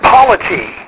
Polity